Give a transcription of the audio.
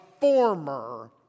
former